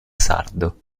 sardo